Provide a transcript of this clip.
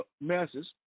masses